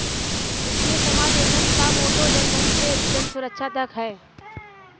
वित्तीय समावेशन का मोटो जनधन से जनसुरक्षा तक है